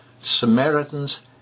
Samaritans